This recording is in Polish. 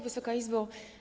Wysoka Izbo!